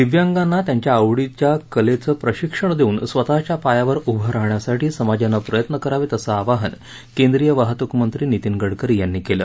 दिव्यांगाना त्यांच्या आवडीच्या कलेचे प्रशिक्षण देऊन स्वतःच्या पायावर उभं राहण्यासाठी समाजानं प्रयत्न करावेत असं आवाहन केंद्रीय वाहतूक मंत्री नितीन गडकरी यांनी केलं